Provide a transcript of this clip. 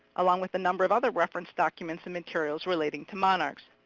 along with a number of other reference documents and materials relating to monarchs.